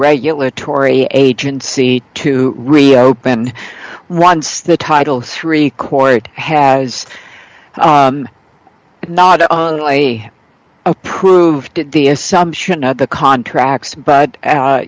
regulatory agency to reopen once the title three court has not only approved it the assumption not the contracts but